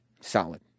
Solid